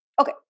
Okay